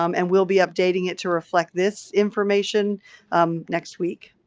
um and we'll be updating it to reflect this information um next week.